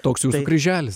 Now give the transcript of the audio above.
toks jūsų kryželis